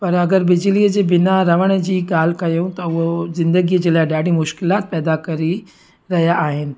पर अगरि बिजलीअ जे बिना रहण जी ॻाल्हि कयूं त उहो ज़िंदगीअ जे लाइ ॾाढी मुश्किलात पैदा करे रहिया आहिनि